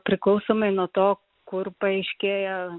priklausomai nuo to kur paaiškėja